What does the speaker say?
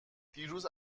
دیروز